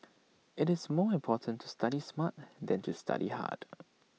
IT is more important to study smart than to study hard